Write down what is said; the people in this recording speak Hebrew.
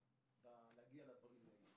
להגיע לדברים האלה